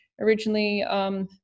originally